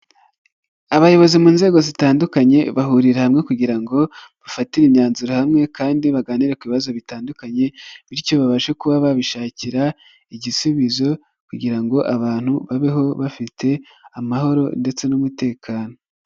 Abayobozi mu nzego zitandukanye bahurira hamwe kugira ngo bafatire imyanzuro hamwe kandi baganire ku bibazo bitandukanye bityo babashe kuba babishakira igisubizo kugira ngo abantu babeho bafite amahoro ndetse n'umutekano.